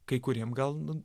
kai kuriem gal nu